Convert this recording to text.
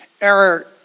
error